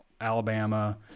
Alabama